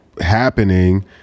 happening